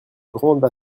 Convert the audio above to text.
grande